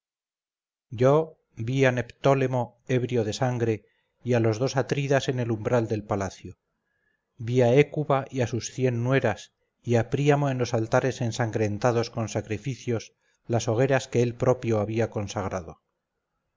yo vi a neptólemo ebrio de sangre y a los dos atridas en el umbral del palacio vi a hécuba y a sus cien nueras y a príamo en los altares ensangrentando con sacrificios las hogueras que él propio había consagrado